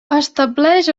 estableix